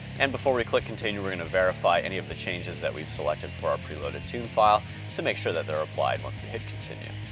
and before we click continue, we're gonna verify any of the changes that we've selected for our pre-loaded tune file to make sure that they're applied once we hit continue.